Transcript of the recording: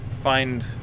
find